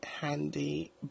handy